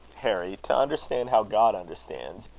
harry, to understand how god understands,